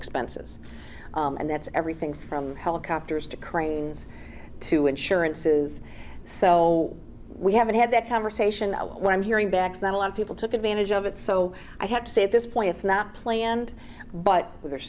expenses and that's everything from helicopters to cranes to insurances so we haven't had that conversation what i'm hearing back then a lot of people took advantage of it so i had to say at this point it's not planned but we